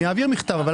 אעביר מכתב,